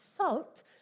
salt